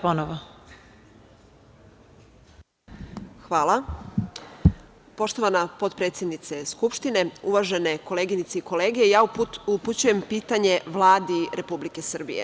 Poštovana potpredsednice Skupštine, uvažene koleginice i kolege, ja upućujem pitanje Vladi Republike Srbije.